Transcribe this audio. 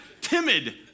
Timid